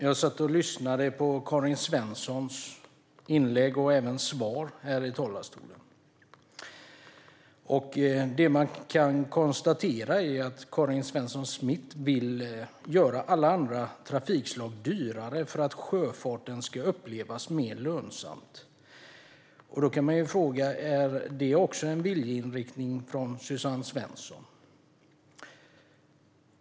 Jag satt och lyssnade på Karin Svensson Smiths inlägg och svar här i talarstolen. Det man kan konstatera är att Karin Svensson Smith vill göra alla andra trafikslag dyrare för att sjöfarten ska upplevas som mer lönsam. Då kan man fråga: Är detta en viljeinriktning också från Suzanne Svensson?